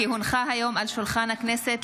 כי הונחה היום על שולחן הכנסת,